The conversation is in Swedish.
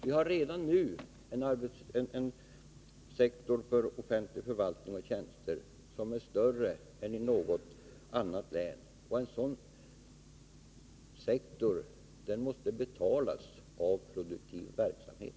Vi har redan nu en sektor för offentlig förvaltning och offentliga tjänster som är större än i något annat län, och en sådan sektor måste betalas av produktiv verksamhet.